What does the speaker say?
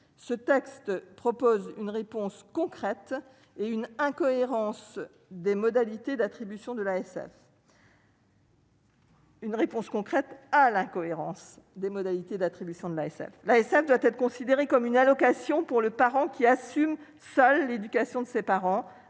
ce texte propose une réponse concrète et une incohérence des modalités d'attribution de l'ASF. Une réponse concrète à l'incohérence des modalités d'attribution de l'ASF, l'ASM doit être considérée comme une allocation pour le parent qui assume seule l'éducation de ses parents,